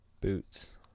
Boots